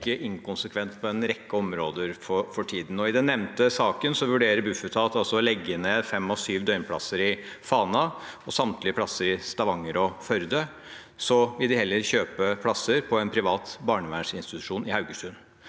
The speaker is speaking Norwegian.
inkonsekvent på en rekke områder for tiden. I den nevnte saken vurderer Bufetat å legge ned fem av syv døgnplasser i Fana og samtlige plasser i Stavanger og Førde. De vil heller kjøpe plasser på en privat barnevernsinstitusjon i Haugesund.